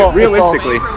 realistically